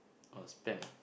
oh spend ah